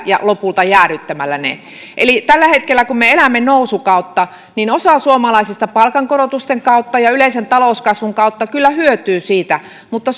ja lopulta jäädyttämällä ne tällä hetkellä kun me elämme nousukautta osa suomalaisista palkankorotusten kautta ja yleisen talouskasvun kautta kyllä hyötyy siitä mutta